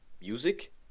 music